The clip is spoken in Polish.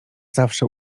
zawsze